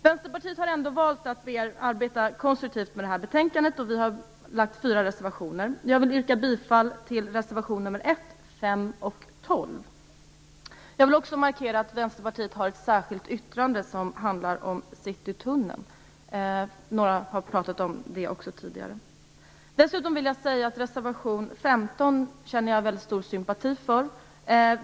Vänsterpartiet har ändå valt att ändå arbeta konstruktivt med detta betänkande. Vi har 4 reservationer, och jag vill yrka bifall till reservationerna 1, 5 och 12. Jag vill också markera att Vänsterpartiet har ett särskilt yttrande, som handlar om Citytunneln. Några pratade om det tidigare. Dessutom vill jag säga att jag känner stor sympati för reservation 15.